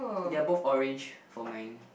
they're both orange for mine